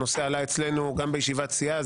הנושא עלה אצלנו גם בישיבת סיעה.